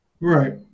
Right